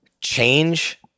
Change